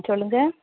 சொல்லுங்கள்